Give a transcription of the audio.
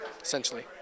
Essentially